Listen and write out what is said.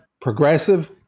progressive